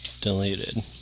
deleted